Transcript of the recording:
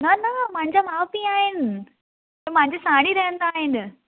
न न मुंहिंजा माउ पीउ आहिनि त मुंहिंजे साण ई रहंदा आहिनि